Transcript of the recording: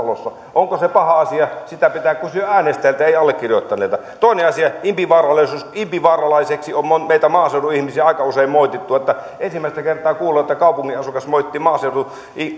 onko se paha asia sitä pitää kysyä äänestäjiltä ei allekirjoittaneelta toinen asia impivaaralaisuus impivaaralaiseksi on meitä maaseudun ihmisiä aika usein moitittu ensimmäistä kertaa kuulen että kaupungin asukas moittii maaseudun